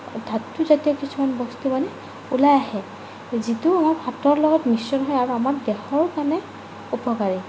ধাতু জাতীয় কিছুমান বস্তু মানে ওলাই আহে যিটো আমাৰ ভাতৰ লগত মিশ্ৰণ হৈ আমাৰ দেহৰ কাৰণে উপকাৰী